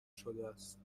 شدهست